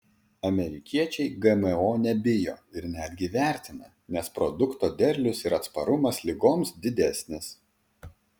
amerikiečiai gmo nebijo ir netgi vertina nes produkto derlius ir atsparumas ligoms didesnis